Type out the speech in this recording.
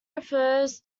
refers